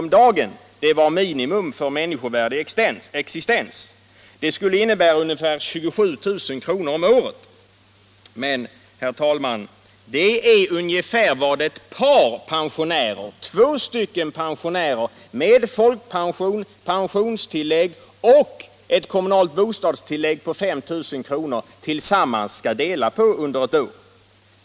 om dagen vara minimum för människovärdig existens. Det skulle innebära ungefär 27 000 kr. om året. Men, herr talman, det är ungefär vad ett pensionärspar, två pensionärer, med folkpension, pensionstillägg och ett kommunalt bostadstillägg på 5 000 kr. tillsammans skall leva på under ett år.